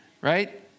right